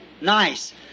nice